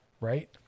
right